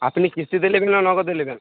আপনি কিস্তিতে নেবেন না নগদে লেবেন